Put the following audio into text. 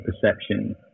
perception